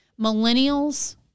Millennials